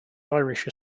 irish